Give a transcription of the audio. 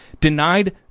denied